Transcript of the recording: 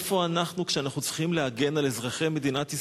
איפה אנחנו כשאנחנו צריכים להגן על אזרחי מדינת ישראל?